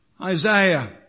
Isaiah